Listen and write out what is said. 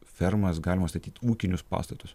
fermas galima statyt ūkinius pastatus